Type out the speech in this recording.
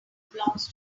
blocks